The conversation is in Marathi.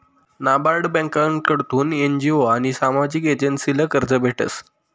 नाबार्ड ब्यांककडथून एन.जी.ओ आनी सामाजिक एजन्सीसले कर्ज भेटस